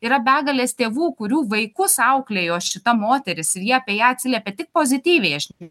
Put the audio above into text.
yra begalės tėvų kurių vaikus auklėjo šita moteris ir jie apie ją atsiliepia tik pozityviai aš